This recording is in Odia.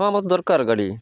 ହଁ ମୋତ ଦରକାର ଗାଡ଼ି